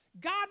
God